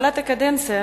בהתחלת הקדנציה